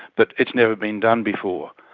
but it's never been done before.